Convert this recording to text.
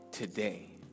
today